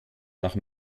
nach